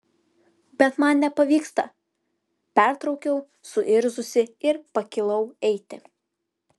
bet man nepavyksta pertraukiau suirzusi ir pakilau eiti